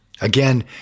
Again